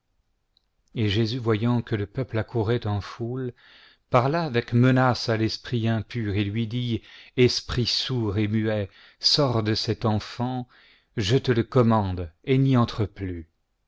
et jésus voyant que le peuple accourait en foule parla avec menaces à l'esprit impur et lui dit esprit sourd et muet sors de cet enfant je te le commande et n'y rentre plus